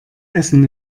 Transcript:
essen